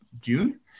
June